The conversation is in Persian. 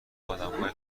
آدمهای